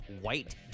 White